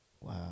Wow